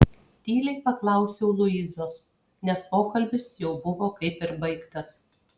tyliai paklausiau luizos nes pokalbis jau buvo kaip ir baigtas